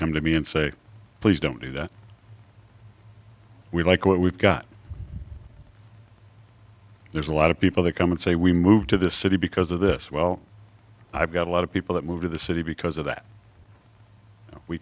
come to me and say please don't do that we like what we've got there's a lot of people that come and say we moved to this city because of this well i've got a lot of people that move to the city because of that we